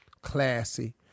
classy